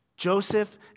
Joseph